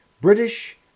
British